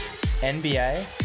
NBA